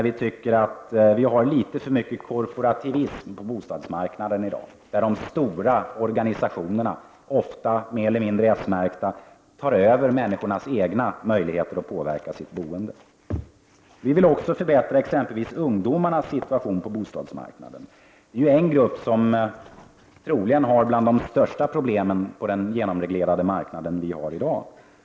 Vi anser att det finns litet för mycket korporativism på bostadsmarknaden i dag, där de stora organisationerna som ofta är mer eller mindre s-märkta, tar över människornas egna möjligheter att påverka sitt boende. Vi moderater vill även förbättra ungdomarnas situation på bostadsmark naden. Det är en av de grupper som har de största problemen på den genomreglerade bostadsmarknaden.